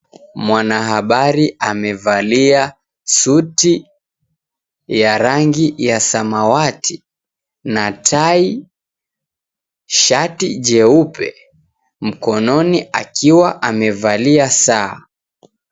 Mwanahabari amevalia suti ya rangi ya samawati na tai, shati jeupe, mkononi akiwa amevalia saa.